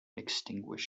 extinguished